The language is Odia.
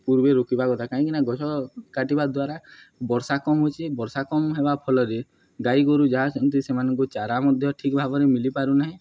ପୂର୍ବେ ରୋକିବା କଥା କାହିଁକିନା ଗଛ କାଟିବା ଦ୍ୱାରା ବର୍ଷା କମ୍ ହେଉଛି ବର୍ଷା କମ୍ ହେବା ଫଳରେ ଗାଈ ଗୋରୁ ଯାହା ଅଛନ୍ତି ସେମାନଙ୍କୁ ଚାରା ମଧ୍ୟ ଠିକ୍ ଭାବରେ ମିଳିପାରୁନାହିଁ